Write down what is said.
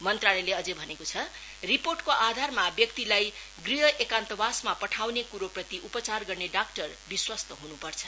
मंत्रालयले भनेको छ रिपोर्टको आधारमा व्यक्तिलाई गृह एकान्तवासमा पठाउने कुरोप्रति उपचार गर्ने डाक्टर विश्वस्त हुनुपर्छ